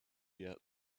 yet